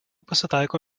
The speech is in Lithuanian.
pasitaiko